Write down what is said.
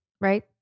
right